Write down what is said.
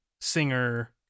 singer